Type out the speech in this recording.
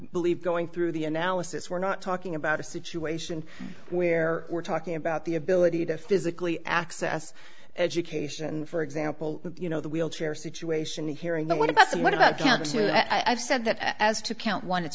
believe going through the analysis we're not talking about a situation where we're talking about the ability to physically access education for example you know the wheelchair situation here in the what about what about counter to what i've said that as to count one it's